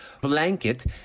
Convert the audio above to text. blanket